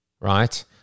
right